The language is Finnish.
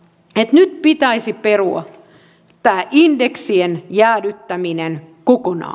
nyt pitäisi perua tämä indeksien jäädyttäminen kokonaan